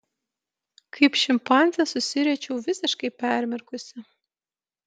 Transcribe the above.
kaip šimpanzė susiriečiau visiškai permirkusi